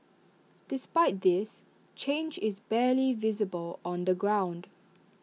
despite this change is barely visible on the ground